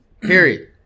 Period